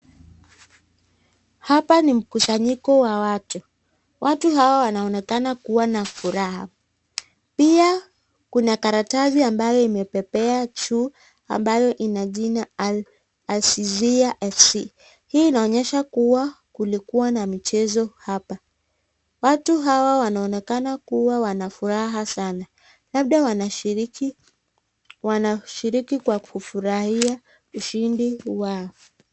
Hapa ni mkusanyiko wa watu. Watu hawa wanaonekana kuwa na furaha. Pia kuna karatasi ambayo imepepea juu ambayo ina jina Azizia FC. Hii inaonyesha kuwa kulikuwa na mchezo hapa. Watu hawa wanaonekana kuwa wana furaha sana. Labda wanashiriki kwa kufurahia ushindi wao.